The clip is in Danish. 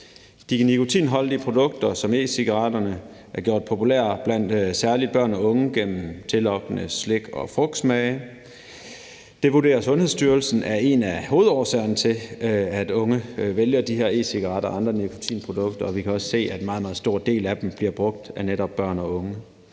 De nikotinholdige produkter som e-cigaretterne er gjort populære blandt særlig børn og unge gennem tillokkende slik- og frugtsmage. Det vurderer Sundhedsstyrelsen er en af hovedårsagerne til, at unge vælger de her e-cigaretter og andre nikotinprodukter, og vi kan også se, at en meget, meget stor del af dem bliver brugt af netop børn og unge.